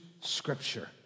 scripture